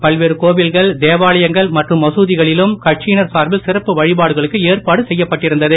பல்வேறு கோவில்கள் தேவாலயங்கள் மற்றும் மத்திகளிலும் கட்சியினர் சார்பில் சிறப்பு வழிபாடுகளுக்கு ஏற்பாடு செய்யப்பட்டிருந்தது